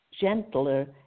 gentler